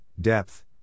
depth